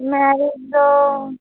marriage ର